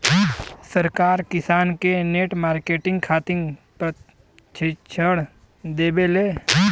सरकार किसान के नेट मार्केटिंग खातिर प्रक्षिक्षण देबेले?